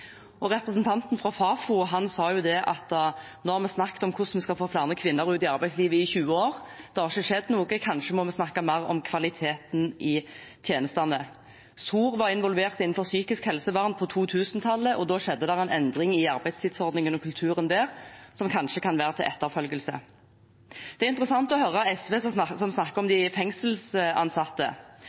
Representanten fra Fafo sa at nå har vi snakket i 20 år om hvordan vi skal få flere kvinner ut i arbeidslivet, det har ikke skjedd noe, og kanskje må vi snakke mer om kvaliteten i tjenestene. Stiftelsen SOR var involvert innenfor psykisk helsevern på 2000-tallet, og da skjedde det en endring i arbeidstidsordningen og kulturen der som kanskje kan være til etterfølgelse. Det er interessant å høre SV snakke om de fengselsansatte, for det var jo press fra de fengselsansatte